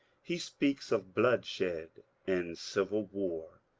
he speaks of bloodshed and civil war.